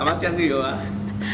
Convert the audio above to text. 打麻将就有 lah